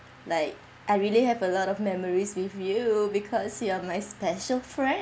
like I really have a lot of memories with you because you are my special friend